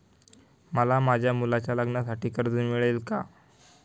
मला माझ्या मुलाच्या लग्नासाठी कर्ज मिळेल का?